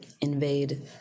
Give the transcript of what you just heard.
invade